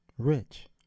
rich